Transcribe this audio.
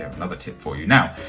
another tip for you. now,